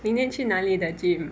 明天去哪里的 gym